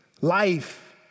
Life